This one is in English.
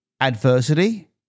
adversity